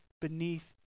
beneath